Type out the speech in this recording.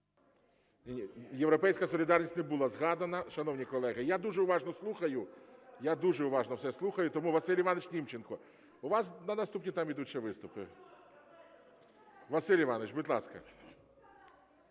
"Європейська солідарність" не була згадана. Шановні колеги, я дуже уважно слухаю, я дуже уважно все слухаю. Тому Василь Іванович Німченко. У вас наступні там йдуть ще виступи. Василь Іванович, будь ласка.